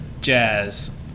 jazz